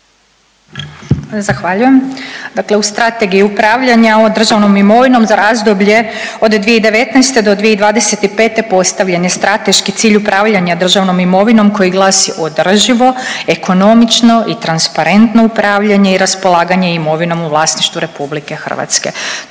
Zahvaljujem. Dakle, u Strategiji upravljanja državnom imovinom za razdoblje od 2019.-2025. postavljen je strateški cilj upravljanja državnom imovinom koji glasi „Održivo, ekonomično i transparentno upravljanje i raspolaganje imovinom u vlasništvu RH“, to